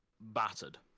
battered